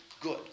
good